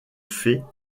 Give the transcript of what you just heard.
fès